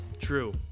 True